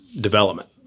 development